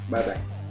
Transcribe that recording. Bye-bye